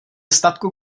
statku